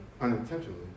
unintentionally